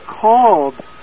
called